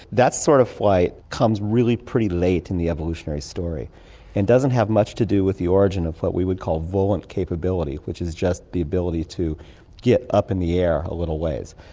that sort of flight comes really pretty late in the evolutionary story and doesn't have much to do with the origin of what we would call volant capability, which is just the ability to get up in the air a little way.